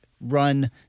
run